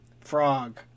frog